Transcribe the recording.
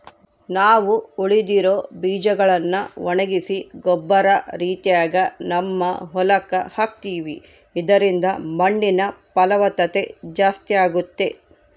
ನಾವು ಉಳಿದಿರೊ ಬೀಜಗಳ್ನ ಒಣಗಿಸಿ ಗೊಬ್ಬರ ರೀತಿಗ ನಮ್ಮ ಹೊಲಕ್ಕ ಹಾಕ್ತಿವಿ ಇದರಿಂದ ಮಣ್ಣಿನ ಫಲವತ್ತತೆ ಜಾಸ್ತಾಗುತ್ತೆ